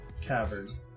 cavern